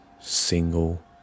single